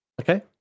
okay